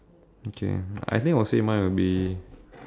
okay I think I will say mine will be